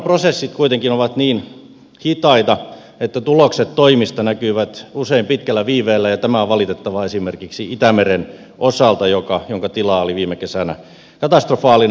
luonnonprosessit kuitenkin ovat niin hitaita että tulokset toimista näkyvät usein pitkällä viiveellä ja tämä on valitettavaa esimerkiksi itämeren osalta jonka tila oli viime kesänä katastrofaalinen